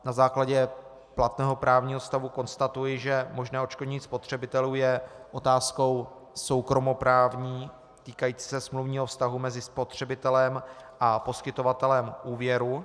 Na základě platného právního stavu konstatuji, že možné odškodnění spotřebitelů je otázkou soukromoprávní, týkající se smluvního vztahu mezi spotřebitelem a poskytovatelem úvěru.